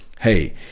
Hey